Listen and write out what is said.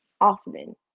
often